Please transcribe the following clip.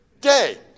Day